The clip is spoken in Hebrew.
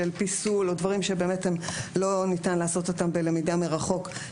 פיסול או דברים שלא ניתן לעשות אותם בלמידה מרחוק,